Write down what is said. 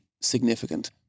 significant